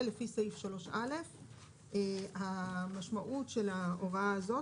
לפי סעיף 3א,"; המשמעות של ההוראה הזאת,